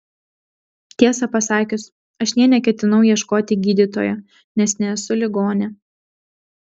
tiesą pasakius aš nė neketinau ieškoti gydytojo nes nesu ligonė